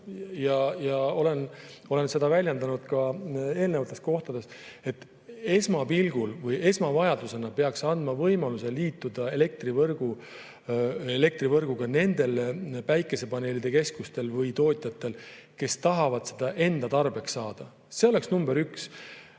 ja olen seda väljendanud ka eelnevatel kordadel, et esmavajadusena peaks andma võimaluse liituda elektrivõrguga nendele päikesepaneelide keskustele või [päikeseenergia] tootjatele, kes tahavad seda enda tarbeks saada. See oleks number üks.